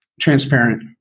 transparent